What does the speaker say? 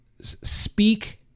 speak